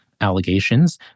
allegations